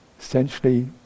Essentially